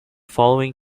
following